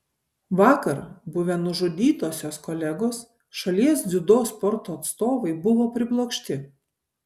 vakar buvę nužudytosios kolegos šalies dziudo sporto atstovai buvo priblokšti